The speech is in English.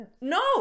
no